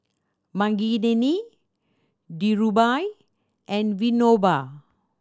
Makineni Dhirubhai and Vinoba